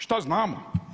Šta znamo?